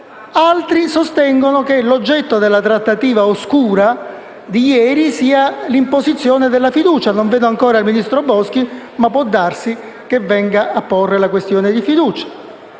Altri sostengono che l'oggetto della trattativa oscura di ieri sia stato l'imposizione della fiducia. Non vedo ancora il ministro Boschi, ma può darsi che venga a porre la questione di fiducia.